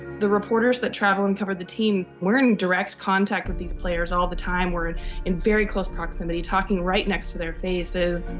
the reporters that travel and cover the team, we're in direct contact with these players all the time. we're in very close proximity, talking right next to their faces.